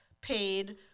paid